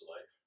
life